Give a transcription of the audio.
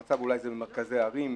המצב אולי במרכזי ערים,